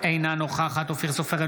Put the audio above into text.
אינה נוכחת אופיר סופר,